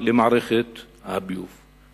למערכת הביוב.